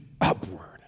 upward